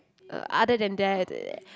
uh other than that uh